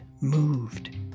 moved